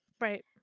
right